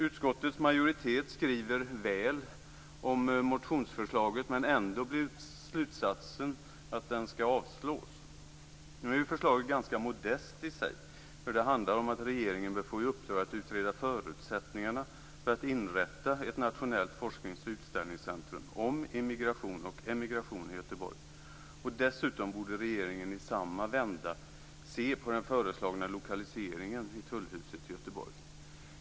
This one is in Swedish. Utskottets majoritet skriver väl om motionsförslaget. Ändå blir slutsatsen att motionen skall avslås. Nu är förslaget i sig ganska modest. Det handlar om att regeringen bör få i uppdrag att utreda förutsättningarna för att inrätta ett nationellt forsknings och utställningscentrum kring emigration och immigration i Dessutom borde regeringen i samma vända se på den föreslagna lokaliseringen i Tullhuset i Göteborg.